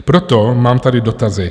Proto mám tady dotazy.